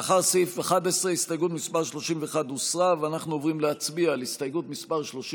הוסרו כל ההסתייגויות לסעיף 11. אנחנו עוברים להצבעה על סעיף 11,